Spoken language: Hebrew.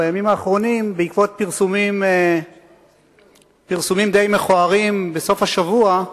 בימים האחרונים בעקבות פרסומים די מכוערים בסוף השבוע,